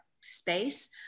space